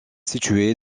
située